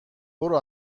برو